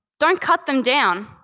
don't cut them down!